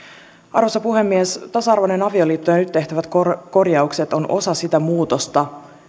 arvoisa puhemies tasa arvoinen avioliitto ja nyt tehtävät korjaukset ovat osa sitä muutosta